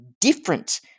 different